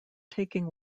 taking